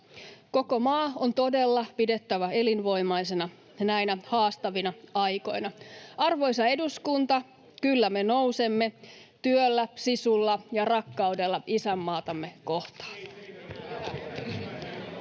Koko maa on todella pidettävä elinvoimaisena näinä haastavina aikoina. [Anne Kalmarin välihuuto] Arvoisa eduskunta! Kyllä me nousemme — työllä, sisulla ja rakkaudella isänmaatamme kohtaan.